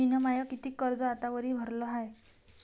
मिन माय कितीक कर्ज आतावरी भरलं हाय?